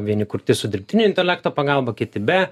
vieni kurti su dirbtinio intelekto pagalba kiti be